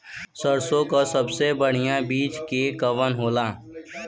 सरसों क सबसे बढ़िया बिज के कवन होला?